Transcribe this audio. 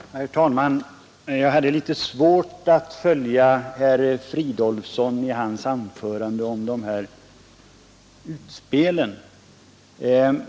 Herr talman! Jag hade litet svårt att följa herr Fridolfsson i hans tal om utspel.